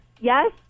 yes